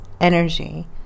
energy